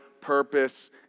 purpose